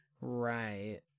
Right